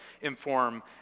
inform